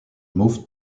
moved